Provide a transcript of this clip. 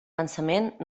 pensament